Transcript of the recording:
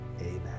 Amen